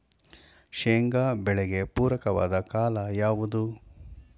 ಶೇಂಗಾ ಬೆಳೆಗೆ ಪೂರಕವಾದ ಕಾಲ ಯಾವುದು?